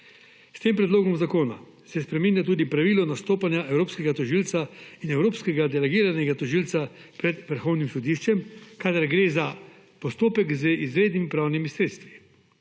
S tem predlogom zakona se spreminja tudi pravilo nastopanja evropskega tožilca in evropskega delegiranega tožilca pred Vrhovnim sodiščem, kadar gre za postopek z izrednimi pravnimi sredstvi.